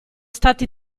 stati